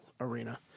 arena